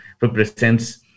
represents